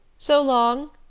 so long.